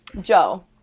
joe